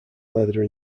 leather